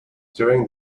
during